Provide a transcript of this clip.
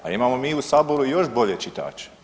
Pa imamo mi i u Saboru još bolje čitače.